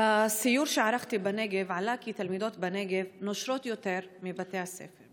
בסיור שערכתי בנגב עלה כי תלמידות בנגב נושרות יותר מבתי הספר.